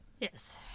Yes